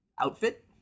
Outfit